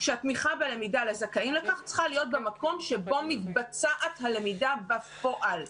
שהתמיכה בלמידה לזכאים בכך צריכה להיות במקום שבו מתבצעת הלמידה בפועל.